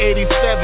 87